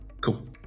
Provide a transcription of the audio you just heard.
Cool